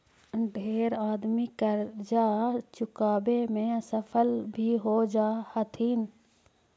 ढेर आदमी करजा चुकाबे में असफल भी हो जा हथिन